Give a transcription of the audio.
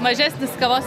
mažesnis kavos